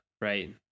right